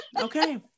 Okay